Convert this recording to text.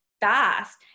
fast